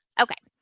okay,